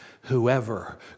whoever